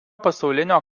pasaulinio